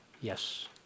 Yes